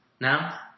now